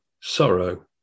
sorrow